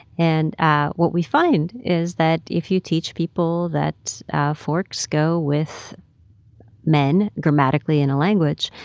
and what we find is that if you teach people that forks go with men grammatically in a language,